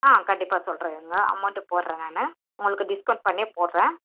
ஆ கண்டிப்பாக சொல்கிறேன் இருங்கள் அமௌண்ட்டு போடுறேன் நான் உங்களுக்கு டிஸ்கௌண்ட் பண்ணியே போடுறேன்